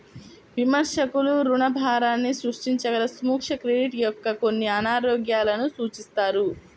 విమర్శకులు రుణభారాన్ని సృష్టించగల సూక్ష్మ క్రెడిట్ యొక్క కొన్ని అనారోగ్యాలను సూచిస్తారు